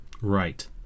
Right